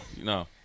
no